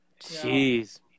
jeez